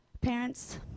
Parents